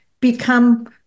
become